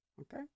okay